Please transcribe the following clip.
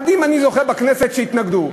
אני זוכר אחדים בכנסת שהתנגדו.